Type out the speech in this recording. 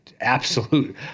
absolute